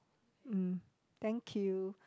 mm thank you